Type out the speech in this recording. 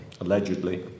allegedly